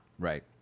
right